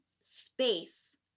space